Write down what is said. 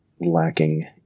lacking